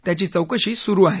त्याची चौकशी सुरु आहे